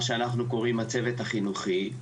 מה שאנחנו קוראים הצוות החינוכי.